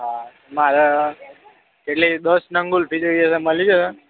હા મારે એટલે દસ નંગ કુલ્ફી જોઈએ છે મળી જશે